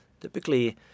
typically